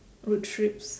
road trips